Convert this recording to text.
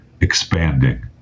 expanding